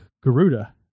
Garuda